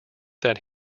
that